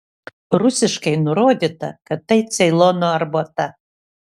rusiškai nurodyta kad tai ceilono arbata